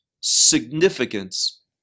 significance